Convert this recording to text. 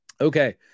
Okay